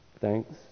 thanks